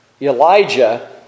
Elijah